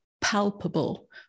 palpable